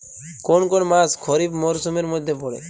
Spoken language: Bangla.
কোন কোন মাস খরিফ মরসুমের মধ্যে পড়ে?